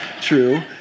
true